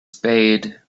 spade